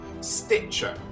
Stitcher